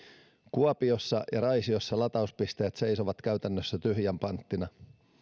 kuopiossa ja raisiossa latauspisteet seisovat käytännössä tyhjän panttina